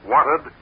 Wanted